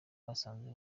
basanze